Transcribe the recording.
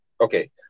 Okay